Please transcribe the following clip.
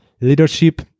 Leadership